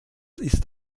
ist